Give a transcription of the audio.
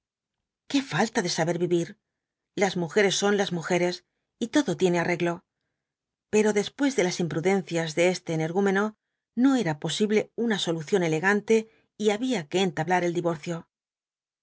qué falta de saber vivir las mujeres son las mujeres y todo tiene arreglo pero después de las imprudencias de este energúmeno no era posible una solución elegante y había que entablar el divorcio